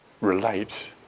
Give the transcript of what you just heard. relate